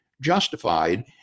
justified